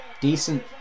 decent